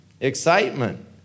excitement